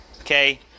okay